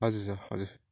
हजुर सर हजुर